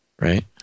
Right